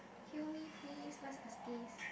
heal me please where is